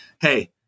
hey